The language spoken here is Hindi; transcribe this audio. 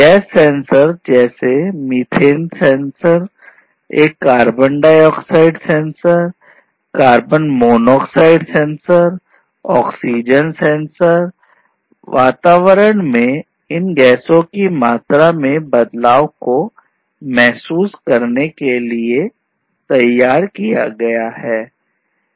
गैस सेंसर जैसे मीथेन गैस सेंसर एक कार्बन डाइऑक्साइड सेंसर वातावरण में इन गैसों की मात्रा में बदलाव को महसूस करने के लिए तैयार किया गया है